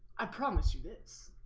i promise you this.